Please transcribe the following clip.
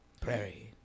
Prairie